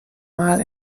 mal